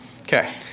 Okay